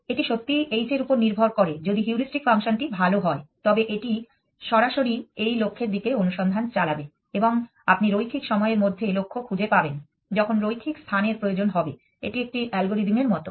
এটি সত্যিই h এর উপর নির্ভর করে যদি হিউরিস্টিক ফাংশনটি ভাল হয় তবে এটি সরাসরি এই লক্ষ্যের দিকে অনুসন্ধান চালাবে এবং আপনি রৈখিক সময়ের মধ্যে লক্ষ্য খুঁজে পাবেন যখন রৈখিক স্থানের প্রয়োজন হবে এটি একটি অ্যালগরিদমের মতো